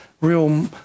real